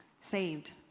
saved